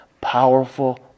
powerful